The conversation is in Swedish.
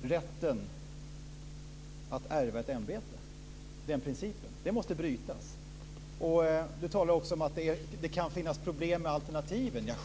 principen om rätten att ärva ett ämbete. Sahlberg talar också om att det kan finnas problem med alternativen.